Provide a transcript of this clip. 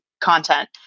content